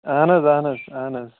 اہَن حظ اہَن حظ اہَن حظ